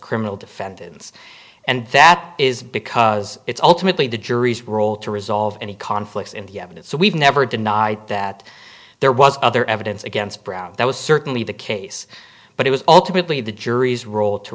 criminal defendants and that is because it's ultimately the jury's role to resolve any conflicts in the evidence so we've never denied that there was other evidence against brown that was certainly the case but it was alternately the jury's role to